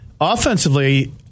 offensively